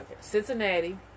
Cincinnati